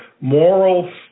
moral